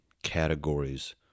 categories